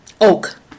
oak